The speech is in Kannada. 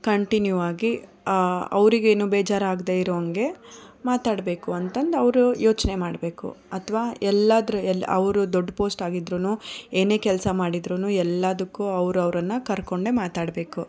ಕಂಟಿನ್ಯೂ ಆಗಿ ಅವರಿಗೆ ಏನೂ ಬೇಜಾರು ಆಗದೇ ಇರೋ ಹಂಗೆ ಮಾತ್ನಾಡ್ಬೇಕು ಅಂತಂದು ಅವರು ಯೋಚನೆ ಮಾಡಬೇಕು ಅಥ್ವಾ ಎಲ್ಲಾದರೂ ಎಲ್ಲಿ ಅವರು ದೊಡ್ಡ ಪೋಸ್ಟ್ ಆಗಿದ್ರೂ ಏನೇ ಕೆಲಸ ಮಾಡಿದ್ರೂ ಎಲ್ಲದಕ್ಕೂ ಅವ್ರು ಅವರನ್ನ ಕರ್ಕೊಂಡೆ ಮಾತ್ನಾಡ್ಬೇಕು